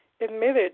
admitted